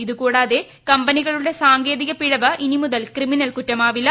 ഇതു കൂടാതെ കമ്പനികളുടെ സാങ്കേതിക പിഴവ് ഇനി മുതൽ ക്രിമിനൽ കുറ്റമാവില്ല